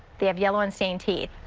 they have yellow and stained teeth.